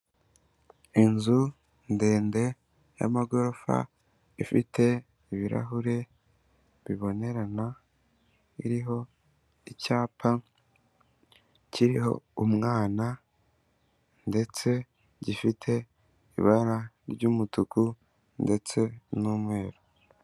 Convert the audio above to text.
Inzu ndende y'amagorofa, ifite ibirahure bibonerana, iriho icyapa kiriho umwana ndetse gifite ibara ry'umutuku ndetse n'umweru.